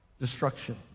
destruction